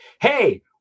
Hey